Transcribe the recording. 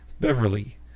Beverly